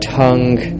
tongue